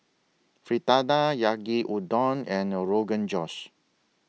Fritada Yaki Udon and Rogan Josh